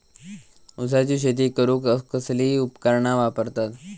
ऊसाची शेती करूक कसली उपकरणा वापरतत?